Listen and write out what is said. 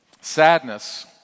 sadness